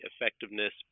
effectiveness